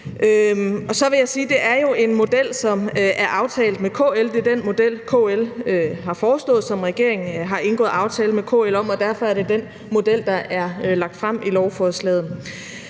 jo er en model, som er aftalt med KL. Det er den model, KL har foreslået, som regeringen har indgået aftale med KL om, og derfor er det den model, der er lagt frem i lovforslaget.